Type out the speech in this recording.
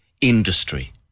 industry